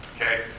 okay